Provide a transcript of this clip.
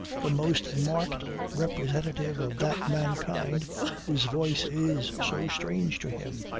the most marked representative of that mankind whose voice is so strange to him,